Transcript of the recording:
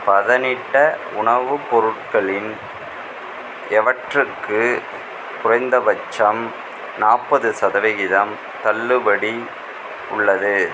பதனிட்ட உணவுப் பொருட்களின் எவற்றுக்கு குறைந்தபட்சம் நாற்பது சதவிகிதம் தள்ளுபடி உள்ளது